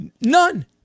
None